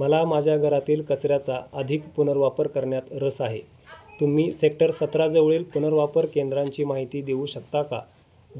मला माझ्या घरातील कचऱ्याचा अधिक पुनर्वापर करण्यात रस आहे तुम्ही सेक्टर सतराजवळील पुनर्वापर केंद्रांची माहिती देऊ शकता का